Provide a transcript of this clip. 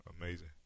amazing